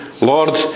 Lord